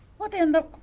what in the